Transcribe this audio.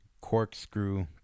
corkscrew